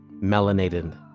Melanated